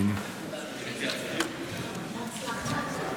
אדוני היושב-ראש,